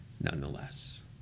nonetheless